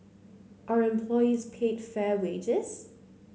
are employees paid fair wages